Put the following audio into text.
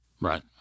Right